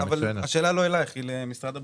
השאלה לא אליך אלא למשרד הבריאות.